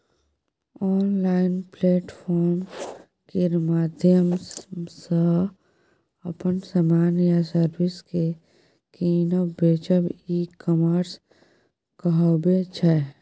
online platform केर माध्यमसँ अपन समान या सर्विस केँ कीनब बेचब ई कामर्स कहाबै छै